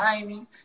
timing